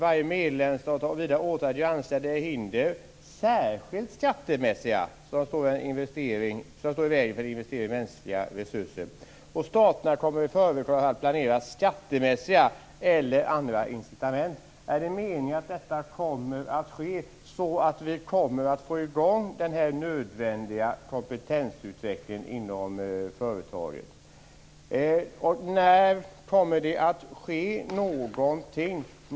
"Varje medlemsstat har vidare åtagit sig att granska de hinder, särskilt skattemässiga, som kan stå i vägen för en investering i mänskliga resurser, och staterna kommer i förekommande fall att planera skattemässiga eller andra incitament för ökad utbildning inom företagen." Är det meningen att detta kommer att ske så att vi kommer att få i gång denna nödvändiga kompetensutveckling inom företagen? När kommer det att ske någonting?